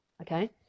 okay